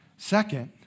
Second